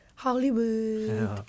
Hollywood